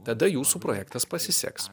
tada jūsų projektas pasiseks